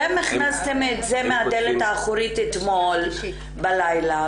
אתם הכנסתם את זה מהדלת האחורית אתמול בלילה,